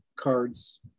Cards